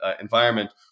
environment